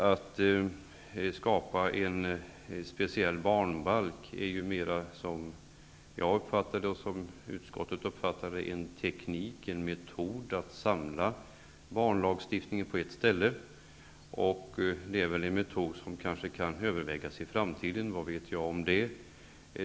Att skapa en speciell barnbalk är, som jag och utskottet uppfattar det, mer en teknik, en metod att samla barnlagstiftningen på ett ställe. Det är en metod som kanske kan övervägas i framtiden -- vad vet jag om det?